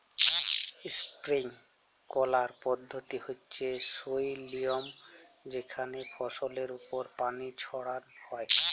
sprinkler পদ্ধতি হচ্যে সই লিয়ম যেখানে ফসলের ওপর পানি ছড়ান হয়